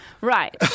Right